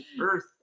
earth